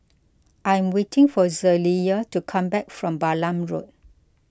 I am waiting for Jaliyah to come back from Balam Road